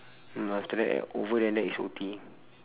mm after that at over than that is O_T